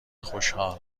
خوشحال